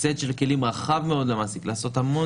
סט רחב מאוד של כלים למעסיק שיכול לעשות המון